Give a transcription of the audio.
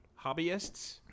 hobbyists